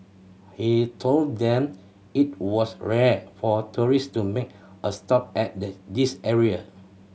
he told them it was rare for tourist to make a stop at the this area